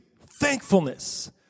Thankfulness